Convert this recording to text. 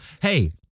Hey